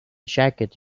jacket